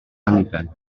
anniben